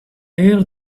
heard